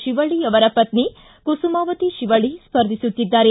ಶಿವಳ್ಳಿ ಅವರ ಪತ್ನಿ ಕುಸುಮಾವತಿ ಶಿವಳ್ಳಿ ಸ್ಪರ್ಧಿಸುತ್ತಿದ್ದಾರೆ